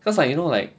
cause like you know like